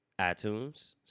iTunes